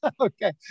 Okay